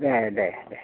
दे दे दे